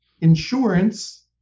insurance